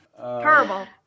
terrible